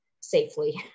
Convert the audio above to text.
safely